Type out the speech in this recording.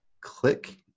click